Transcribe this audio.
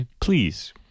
please